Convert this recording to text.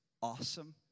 awesome